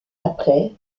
après